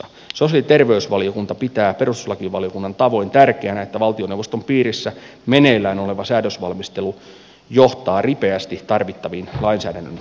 sosiaali ja terveysvaliokunta pitää perustuslakivaliokunnan tavoin tärkeänä että valtioneuvoston piirissä meneillään oleva säädösvalmistelu johtaa ripeästi tarvittaviin lainsäädännön uudistuksiin